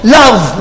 love